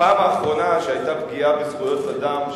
הפעם האחרונה שהיתה פגיעה בזכויות אדם,